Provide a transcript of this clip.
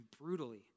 brutally